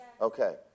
Okay